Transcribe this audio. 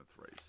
race